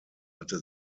hatte